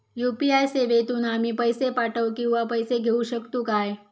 UPI सेवेतून आम्ही पैसे पाठव किंवा पैसे घेऊ शकतू काय?